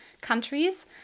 countries